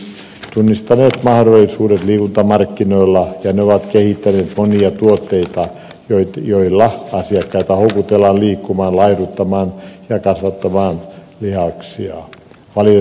liikuntayritykset ovat tunnistaneet mahdollisuudet liikuntamarkkinoilla ja ne ovat kehittäneet monia tuotteita joilla asiakkaita houkutellaan liikkumaan laihduttamaan ja kasvattamaan lihaksiaan